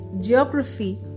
geography